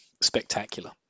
spectacular